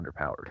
underpowered